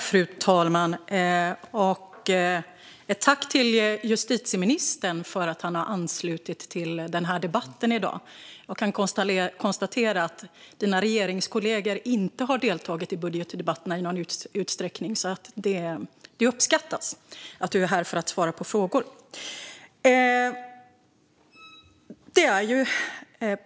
Fru talman! Tack till justitieministern för att han har anslutit sig till debatten i dag! Jag kan konstatera att dina regeringskollegor inte har deltagit i budgetdebatterna i någon större utsträckning, så det uppskattas att du är här för att svara på frågor.